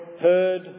heard